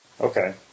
Okay